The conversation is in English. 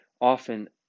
often